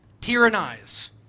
tyrannize